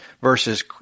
versus